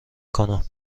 کنم